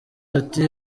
ati